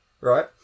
Right